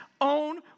own